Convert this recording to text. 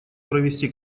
провести